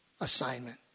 assignment